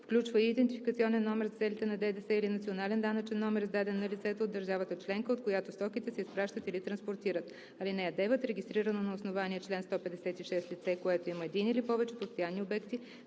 включва и идентификационен номер за целите на ДДС или национален данъчен номер, издаден на лицето от държавата членка, от която стоките се изпращат или транспортират. (9) Регистрирано на основание чл. 156 лице, което има един или повече постоянни обекти